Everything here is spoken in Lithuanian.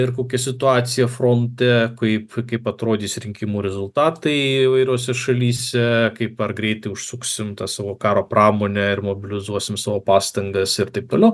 ir kokia situacija fronte kaip kaip atrodys rinkimų rezultatai įvairiose šalyse kaip ar greitai užsuksim tą savo karo pramonę ir mobilizuosim savo pastangas ir taip toliau